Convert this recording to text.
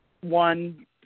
one